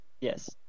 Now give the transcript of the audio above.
Yes